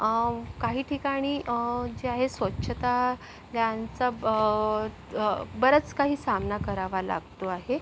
काही ठिकाणी जे आहे स्वच्छता ज्यांचं बरंच काही सामना करावा लागतो आहे